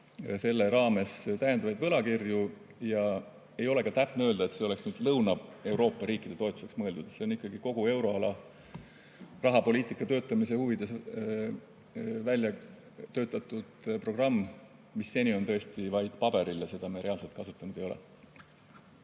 selle raames täiendavaid võlakirju. Ei ole ka täpne öelda, et see on nagu Lõuna-Euroopa riikide toetuseks mõeldud. See on kogu euroala rahapoliitika töötamise huvides välja töötatud programm, mis seni on tõesti vaid paberil ja seda me reaalselt kasutanud ei ole.